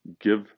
give